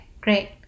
great